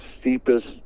steepest